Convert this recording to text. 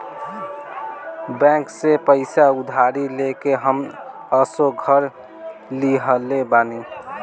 bank से पईसा उधारी लेके हम असो घर लीहले बानी